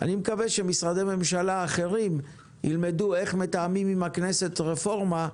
אני מקווה שמשרדי הממשלה האחרים ילמדו איך מתאמים עם הכנסת רפורמה,